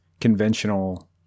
conventional